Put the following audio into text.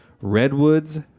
redwoods